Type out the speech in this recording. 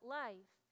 life